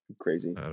crazy